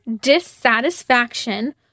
dissatisfaction